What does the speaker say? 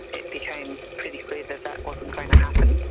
it became pretty clear that that wasn't going to happen.